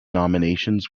nominations